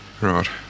Right